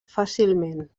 fàcilment